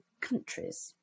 countries